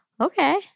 Okay